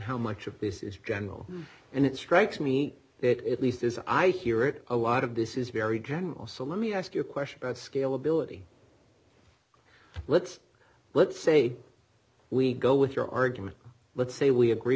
how much of this is general and it strikes me that at least as i hear it a lot of this is very general so let me ask you a question about scale ability let's let's say we go with your argument let's say we agree